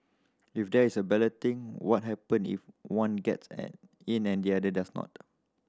if there is a balloting what happen if one gets an in and the other does not